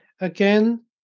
again